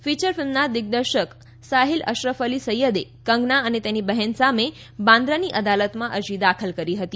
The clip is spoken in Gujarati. ફિયર ફિલ્મના દિગર્દશક સાહિલ અશરફઅલી સૈયદે કંગના અને તેની બહેન સામે બાંદ્રાની અદાલતમાં અરજી દાખલ કરી હતી